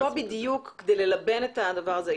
אנחנו פה בדיוק כדי ללבן את הדבר הזה.